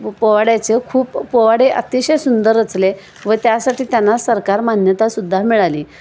पोवाड्याचे खूप पोवाडे अतिशय सुंदर रचले व त्यासाठी त्यांना सरकार मान्यतासुद्धा मिळाली